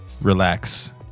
relax